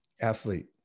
athlete